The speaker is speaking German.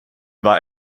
war